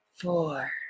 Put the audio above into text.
four